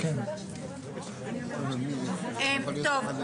בוקר טוב,